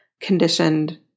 conditioned